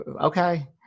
Okay